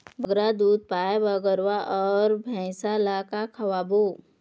बगरा दूध पाए बर गरवा अऊ भैंसा ला का खवाबो?